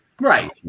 right